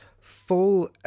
full